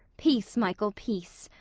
peace, michael, peace.